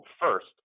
first